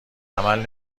عمل